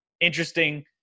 interesting